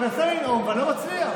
אני מנסה לנאום ואני לא מצליח.